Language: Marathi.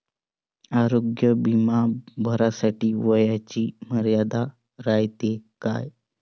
आरोग्य बिमा भरासाठी वयाची मर्यादा रायते काय?